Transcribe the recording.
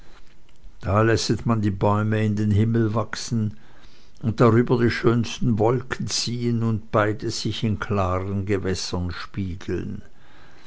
da lässet man die bäume in den himmel wachsen und darüber die schönsten wolken ziehen und beides sich in klaren gewässern spiegeln